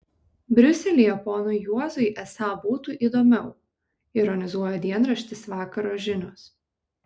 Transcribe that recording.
briuselyje ponui juozui esą būtų įdomiau ironizuoja dienraštis vakaro žinios